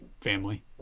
family